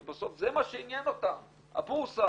כי בסוף זה מה שעניין אותם הבורסה.